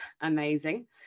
amazing